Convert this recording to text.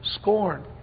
scorn